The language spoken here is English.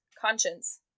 Conscience